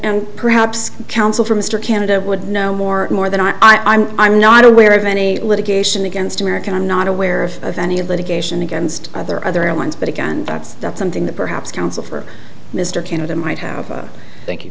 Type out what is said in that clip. and perhaps counsel for mr canada would know more more than i i'm i'm not aware of any litigation against american i'm not aware of any of litigation against either other airlines but again that's something that perhaps counsel for mr canada might have